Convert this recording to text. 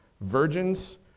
Virgins